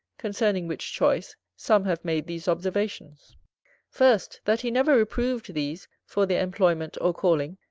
concerning which choice, some have made these observations first, that he never reproved these, for their employment or calling,